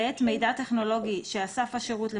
הוא הסכים.